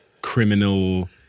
criminal